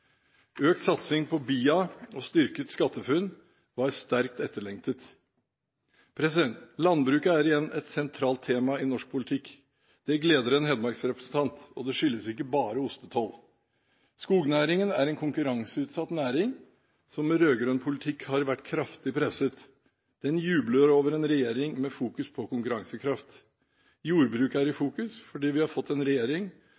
Økt satsing på BIA og styrket SkatteFUNN var sterkt etterlengtet. Landbruket er igjen et sentralt tema i norsk politikk – det gleder en hedmarksrepresentant – og det skyldes ikke bare ostetoll. Skognæringen er en konkurranseutsatt næring som med rød-grønn politikk har vært kraftig presset. Den jubler over en regjering med fokus på konkurransekraft. Jordbruket er i fokus, fordi vi har fått en regjering